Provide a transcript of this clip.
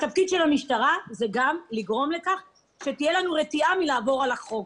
התפקיד של המשטרה זה גם לגרום לכך שתהיה לנו רתיעה מלעבור על החוק.